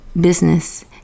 business